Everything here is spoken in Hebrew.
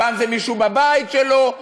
פעם זה מישהו בבית שלו.